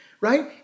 right